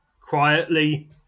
quietly